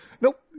Nope